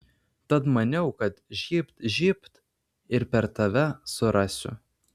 tad maniau kad žybt žybt ir per tave surasiu